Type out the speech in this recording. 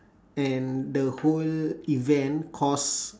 and the whole event cost